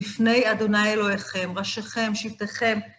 לפני אדוני אלוהיכם, ראשיכם, שבטיכם.